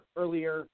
earlier